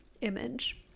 image